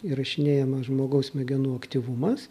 įrašinėjama žmogaus smegenų aktyvumas